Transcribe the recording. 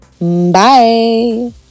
Bye